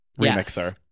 remixer